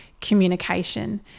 communication